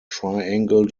triangle